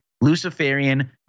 Luciferian